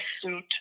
suit